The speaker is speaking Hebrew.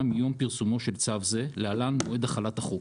מיום פרסומו של צו זה (להלן מועד החלת החוק).